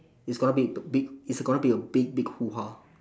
it's gonna be big it's gonna be a big big hoo ha